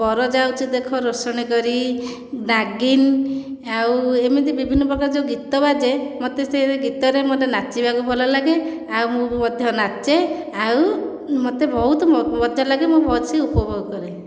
ବର ଯାଉଛି ଦେଖ ରୋଷଣୀ କରି ନାଗୀନ ଆଉ ଏମିତି ବିଭିନ୍ନ ପ୍ରକାର ଯେଉଁ ଗୀତ ବାଜେ ମୋତେ ସେ ଗୀତରେ ମୋତେ ନାଚିବାକୁ ଭଲ ଲାଗେ ଆଉ ମୁଁ ମଧ୍ୟ ନାଚେ ଆଉ ମୋତେ ବହୁତ ମଜା ଲାଗେ ମୁଁ ଭଲସେ ଉପଭୋଗ କରେ